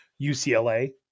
UCLA